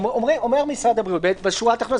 בשורה התחתונה,